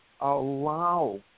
allow